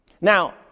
Now